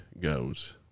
goes